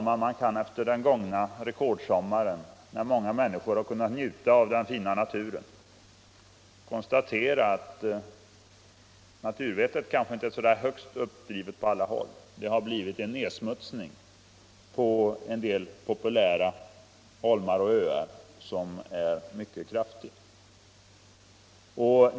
Men efter den gångna rekordsommaren, när många människor njöt av den fina naturen, kan man konstatera att naturvettet kanske inte är så värst uppdrivet på sina håll. En del populära holmar och öar har smutsats ner mycket kraftigt.